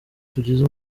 tugize